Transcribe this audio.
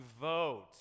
vote